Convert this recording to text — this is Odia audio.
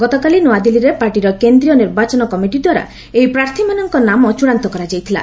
ଗତକାଲି ନ୍ତଆଦିଲ୍ଲୀରେ ପାର୍ଟିର କେନ୍ଦ୍ରୀୟ ନିର୍ବାଚନ କମିଟିଦ୍ୱାରା ଏହି ପ୍ରାର୍ଥୀମାନଙ୍କ ନାମ ଚୃଡ଼ାନ୍ତ କରାଯାଇଥିଲା